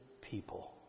people